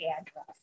address